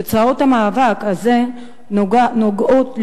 תוצאות המאבק הזה נוגעות לכולנו.